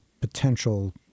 potential